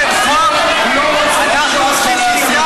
השמאל לא רוצה תקשורת חופשית.